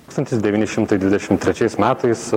tūkstantis devyni šimtai dvidešim trečiais metais